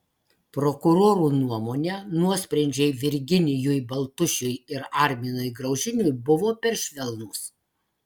prokurorų nuomone nuosprendžiai virginijui baltušiui ir arminui graužiniui buvo per švelnūs